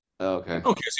Okay